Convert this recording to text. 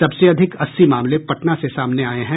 सबसे अधिक अस्सी मामले पटना से सामने आये हैं